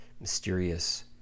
mysterious